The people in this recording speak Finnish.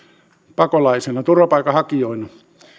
pakolaisina turvapaikanhakijoina